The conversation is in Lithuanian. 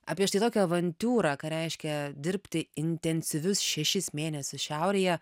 apie štai tokią avantiūrą ką reiškia dirbti intensyvius šešis mėnesius šiaurėje